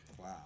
Wow